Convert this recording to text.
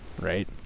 right